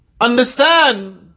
Understand